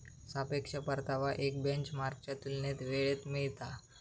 सापेक्ष परतावा एक बेंचमार्कच्या तुलनेत वेळेत मिळता